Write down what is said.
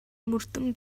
мөрдөн